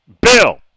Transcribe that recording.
Bill